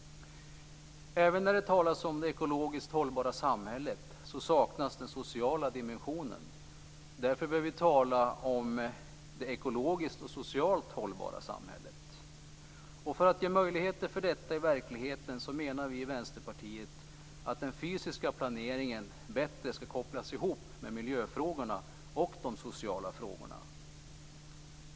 Även när det talas om det ekologiskt hållbara samhället saknas den sociala dimensionen. Därför bör vi tala om det ekologiskt och socialt hållbara samhället. För att ge möjligheter för detta i verkligheten menar vi i Vänsterpartiet att den fysiska planeringen bättre skall kopplas ihop med miljöfrågorna och de sociala frågorna.